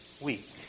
week